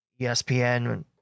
ESPN